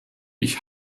ich